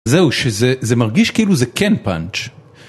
זהו, שזה מרגיש כאילו זה כן פאנץ'.